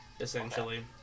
essentially